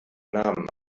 namen